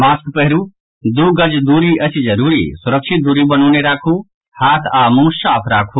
mask पहिरू दू गज दूरी अछि जरूरी सुरक्षित दूरी बनौने राखू हाथ आ मुंह साफ राखू